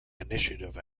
initiative